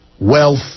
Wealth